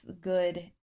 good